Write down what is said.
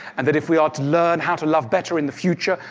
and that if we are to learn how to love better in the future,